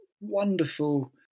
wonderful